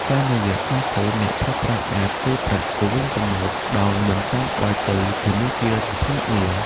តាមរយៈស្មាតហ្វូន អ្នកប្រើប្រាស់អាច ផ្ទេរប្រាក់ ទៅវិញទៅមកដោយមិនចាំបាច់ទៅធនាគារ ឬភ្នាក់ងារ។